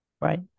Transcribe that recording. Right